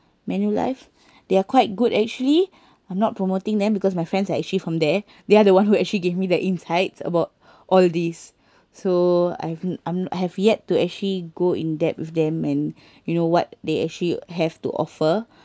Manulife they are quite good actually I'm not promoting them because my friends are actually from there they are the one who actually gave me the insights about all these so I I have yet to actually go in depth with them and you know what they actually have to offer